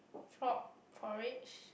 frog porridge